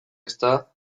ezta